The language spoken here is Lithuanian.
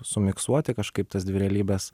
sumiksuoti kažkaip tas dvi realybes